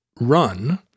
run